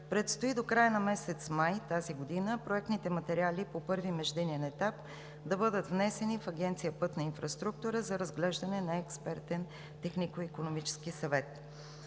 доклад. До края на месец май тази година предстои проектните материали по първия междинен етап да бъдат внесени в Агенция „Пътна инфраструктура“ за разглеждане на Експертен технико икономически съвет.